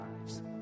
lives